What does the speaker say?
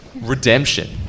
redemption